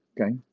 Okay